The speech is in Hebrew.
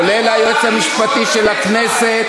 כולל היועץ המשפטי של הכנסת,